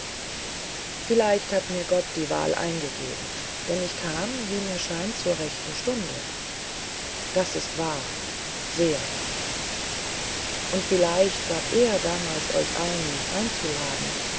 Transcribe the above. vielleicht hat mir gott die wahl eingegeben denn ich kam wie mir scheint zur rechten stunde das ist wahr sehr wahr und vielleicht gab er damals euch ein mich einzuladen